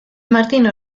martin